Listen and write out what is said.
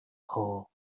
hall